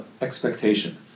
expectation